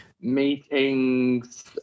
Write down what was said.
meetings